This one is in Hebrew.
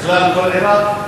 בכלל, כל עירק?